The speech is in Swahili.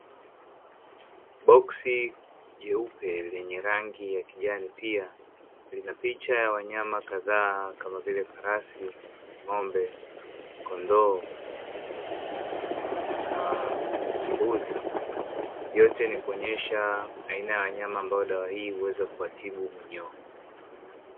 Boksi jeupe lenye rangi ya kijani pia lina picha ya wanyama kadhaa kama vile farasi ng'ombe kondoo na mbuzi, yote ni kuonyesha aina ya wanyama ambao dawa hii uweze kuwatibu minyoo.